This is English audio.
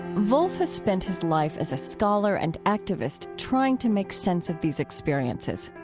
volf has spent his life as a scholar and activist trying to make sense of these experiences,